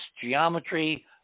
geometry